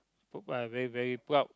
very very proud